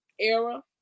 era